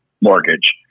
mortgage